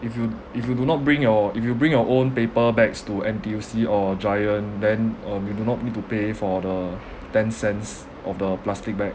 if you if you do not bring your if you bring your own paper bags to N_T_U_C or Giant then um you do not need to pay for the ten cents of the plastic bag